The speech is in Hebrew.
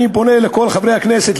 ואני פונה לכל חברי הכנסת,